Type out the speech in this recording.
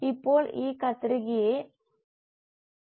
cultivation മാനദണ്ഡങ്ങൾ